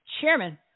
chairman